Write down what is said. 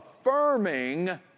affirming